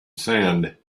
sand